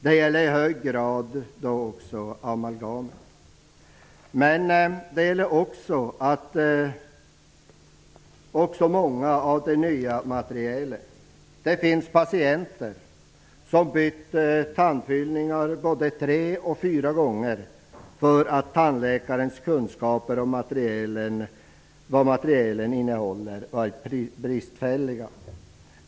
Det gäller i hög grad amalgamet, men det gäller också många av de nya materialen. Det finns patienter som har bytt tandfyllningar både tre och fyra gånger för att tandläkarens kunskaper om vad materialen innehåller har varit bristfälliga.